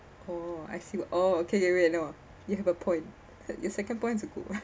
oh I see oh okay wait I know you have a point that your second point's a good one